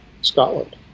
Scotland